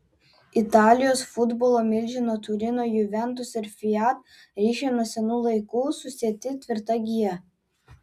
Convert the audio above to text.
italijos futbolo milžino turino juventus ir fiat ryšiai nuo senų laikų susieti tvirta gija